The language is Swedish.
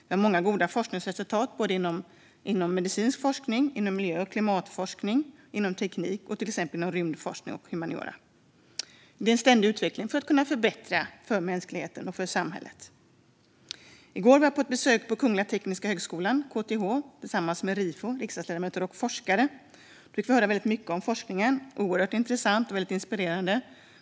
Vi har goda forskningsresultat inom medicinsk forskning, miljö och klimatforskning, teknik, till exempel rymdforskning, och humaniora. Det pågår en ständig utveckling för att förbättra för mänskligheten och samhället. I går besökte jag Kungliga Tekniska högskolan, KTH, tillsammans med Rifo, Sällskapet riksdagsledamöter och forskare. Vi fick höra mycket om forskningen, och det var oerhört intressant och väldigt inspirerande.